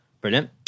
brilliant